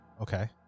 Okay